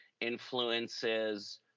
influences